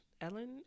Ellen